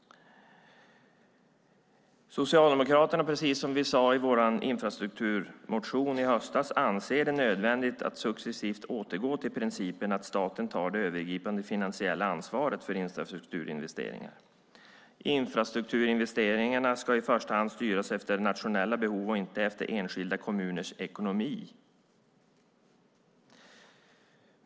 Socialdemokraterna anser, precis som vi sade i vår infrastrukturmotion i höstas, att det är nödvändigt att successivt återgå till principen att staten tar det övergripande finansiella ansvaret för infrastrukturinvesteringar. Infrastrukturinvesteringarna ska i första hand styras efter nationella behov och inte efter enskilda kommuners ekonomi.